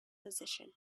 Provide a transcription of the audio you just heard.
position